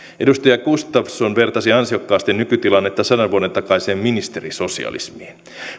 edustaja gustafsson vertasi ansiokkaasti nykytilannetta sadan vuoden takaiseen ministerisosialismiin